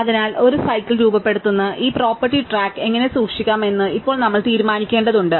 അതിനാൽ ഒരു സൈക്കിൾ രൂപപ്പെടുത്തുന്ന ഈ പ്രോപ്പർട്ടി ട്രാക്ക് എങ്ങനെ സൂക്ഷിക്കാമെന്ന് ഇപ്പോൾ നമ്മൾ തീരുമാനിക്കേണ്ടതുണ്ട്